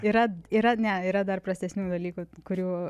yra yra ne yra dar prastesnių dalykų kurių